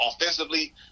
offensively